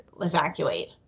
evacuate